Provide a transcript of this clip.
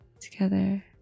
together